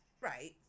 Right